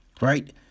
Right